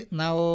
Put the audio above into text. now